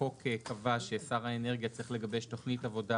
החוק קבע ששר האנרגיה צריך לגבש תוכנית עבודה